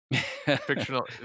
fictional